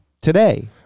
Today